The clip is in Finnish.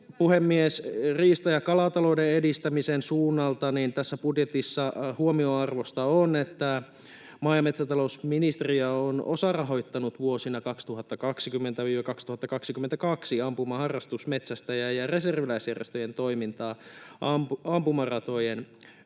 Puhemies! Riista- ja kalatalouden edistämisen suunnalta tässä budjetissa huomionarvoista on, että maa- ja metsätalousministeriö on osarahoittanut vuosina 2020—2022 ampumaharrastus-, metsästäjä- ja reserviläisjärjestöjen toimintaa ampumaratojen